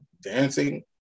dancing